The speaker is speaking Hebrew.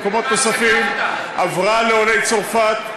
במקומות נוספים, כתבת, עברה לעולי צרפת.